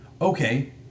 okay